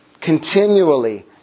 continually